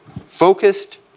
focused